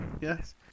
Yes